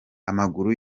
amaguru